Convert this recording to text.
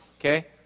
Okay